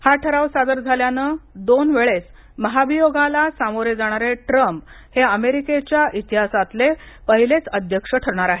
हा ठराव सादर झाल्यानं दोन वेळेस महाभियोगाला सामोरे जाणारे ट्रम्प हे अमेरिकेच्या इतिहासातले पहिलेच अध्यक्ष ठरणार आहेत